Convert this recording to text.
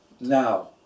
now